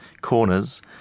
corners